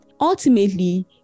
Ultimately